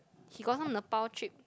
he got some Nepal trip